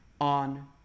on